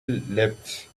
leapt